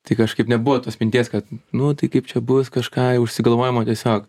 tai kažkaip nebuvo tos minties kad nu tai kaip čia bus kažką į užsigalvojimą tiesiog